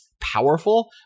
powerful